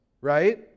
Right